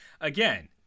Again